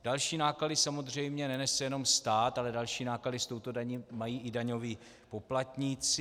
Další náklady samozřejmě nenese jenom stát, ale další náklady s touto daní mají i daňoví poplatníci.